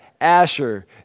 Asher